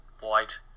white